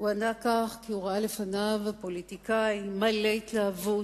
הוא ענה כך הוא ראה לפניו פוליטיקאי מלא התלהבות,